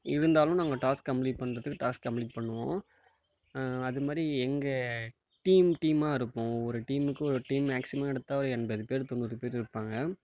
இருந்தாலும் நாங்கள் டாஸ்கை முடிக்கணுகிறதுக்கு டாஸ்கை கம்ப்ளீட் பண்ணுவோம் அது மாதிரி எங்கள் டீம் டீமாக இருக்கும் ஒரு டீமுக்கு ஒரு டீம் மேக்ஸிமம் எடுத்தால் ஒரு எண்பது பேர் தொண்ணூறு பேர் இருப்பாங்க